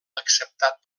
acceptat